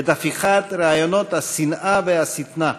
להפיכת רעיונות השנאה והשטנה,